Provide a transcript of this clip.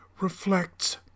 reflects